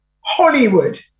Hollywood